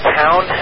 town